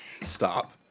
Stop